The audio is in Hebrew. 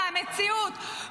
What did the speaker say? מהמציאות?